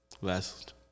last